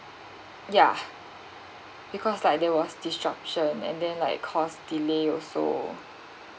ya because like there was disruption and then like cause delay also